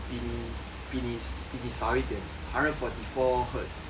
比你比你少一点 hundred forty four hertz